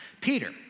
Peter